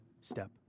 step